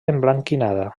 emblanquinada